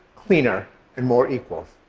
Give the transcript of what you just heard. cleaner and more equal.